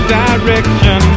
direction